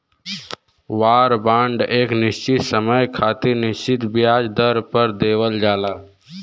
वार bond एक निश्चित समय खातिर निश्चित ब्याज दर पर देवल जाला